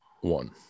one